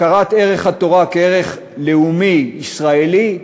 הכרת ערך התורה כערך לאומי ישראלי,